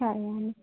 సరే అండి